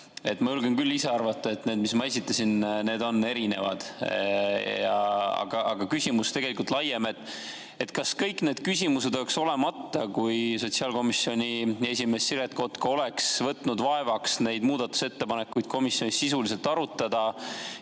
Ma julgen arvata, et need, mis ma ise esitasin, on küll erinevad. Aga küsimus on tegelikult laiem: kas kõik need küsimused oleks olemata, kui sotsiaalkomisjoni esimees Siret Kotka oleks võtnud vaevaks neid muudatusettepanekuid komisjonis sisuliselt arutada